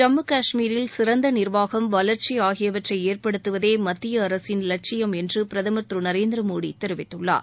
ஜம்மு கஷ்மீரில் சிறந்த நிார்வாகம் வளர்ச்சி ஆகியவற்றை ஏற்படுத்துவதே மத்திய அரசின் லட்சியம் என்று பிரதமர் திரு நரேந்திர மோடி தெரிவித்துள்ளார்